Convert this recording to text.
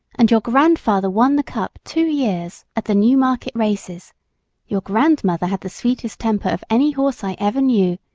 and your grandfather won the cup two years at the newmarket races your grandmother had the sweetest temper of any horse i ever knew,